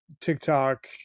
TikTok